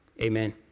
Amen